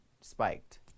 spiked